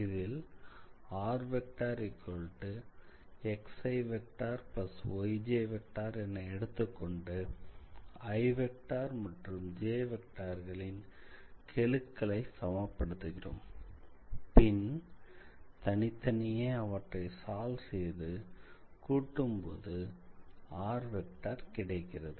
இதில் rxiyj என எடுத்துக்கொண்டு iமற்றும் j களின் கெழுக்களை சமப்படுத்துகிறோம் பின் தனித்தனியே அவற்றை சால்வ் செய்து கூட்டும்போதுr கிடைக்கிறது